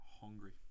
hungry